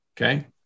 Okay